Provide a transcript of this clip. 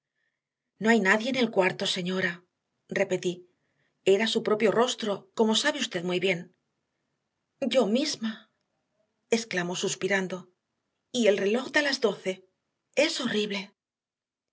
no hay nadie en el cuarto señora repetí era su propio rostro como sabe usted muy bien yo misma exclamó suspirando y el reloj da las doce es horrible